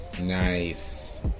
Nice